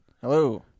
Hello